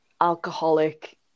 alcoholic